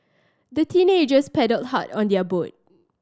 the teenagers paddled hard on their boat